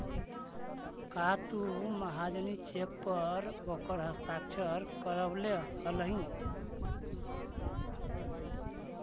का तु महाजनी चेक पर ओकर हस्ताक्षर करवले हलहि